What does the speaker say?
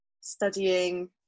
studying